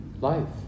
life